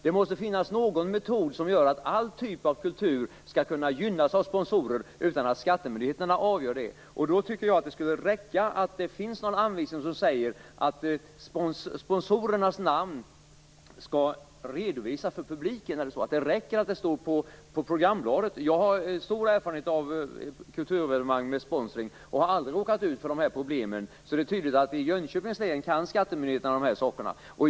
Det måste finnas någon metod som gör att all typ av kultur skulle kunna gynnas av sponsorer utan att skattemyndigheterna behöver avgöra det. Jag tycker att det skulle räcka med en anvisning som säger att sponsorernas namn skall redovisas för publiken. Det kunde räcka med att de står på programbladet. Jag har stor erfarenhet av kulturevenemang med sponsring och har aldrig råkat ut för de här problemen. Det är tydligt att i Jönköpings län kan skattemyndigheten detta.